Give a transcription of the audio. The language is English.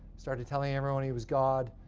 started telling everyone he was god.